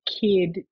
kid